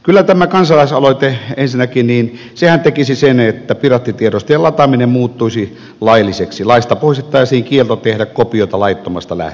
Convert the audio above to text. kyllä tämä kansalaisaloite ensinnäkin tekisi sen että piraattitiedostojen lataaminen muuttuisi lailliseksi laista poistettaisiin kielto tehdä kopioita laittomasta lähteestä